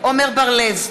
עמר בר-לב,